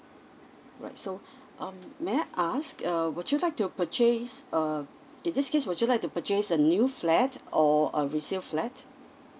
alright so um may I ask uh would you like to purchase uh in this case would you like to purchase a new flat or a resale flat